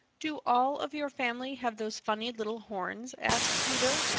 do all of your family have those funny little horns? asked peter.